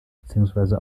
beziehungsweise